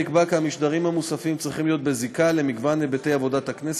נקבע כי המשדרים המוספים צריכים להיות בזיקה למגוון היבטי עבודת הכנסת,